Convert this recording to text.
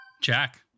jack